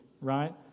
right